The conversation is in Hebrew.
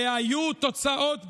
והיו תוצאות ברורות: